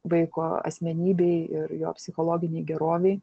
vaiko asmenybei ir jo psichologinei gerovei